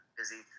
busy